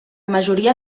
majoria